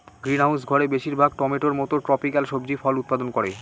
greenhouse ঘরে বেশির ভাগ টমেটোর মত ট্রপিকাল সবজি ফল উৎপাদন করে